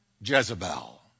Jezebel